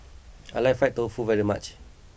I like Fried Tofu very much